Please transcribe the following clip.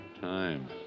Time